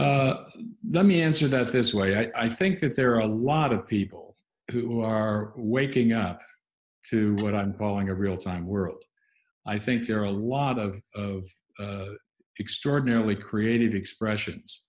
to let me answer that this way i think that there are a lot of people who are waking up to what i'm calling a real time world i think there are a lot of extraordinarily creative expressions